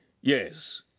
Yes